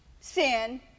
sin